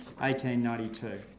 1892